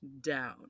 down